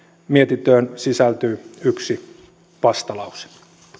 mietintöön sisältyy yksi vastalause